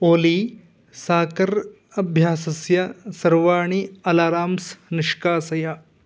ओली soccer अभ्यासस्य सर्वाणि alarms निष्कासय